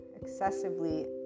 excessively